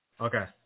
Okay